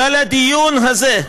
ועל הדיון הזה,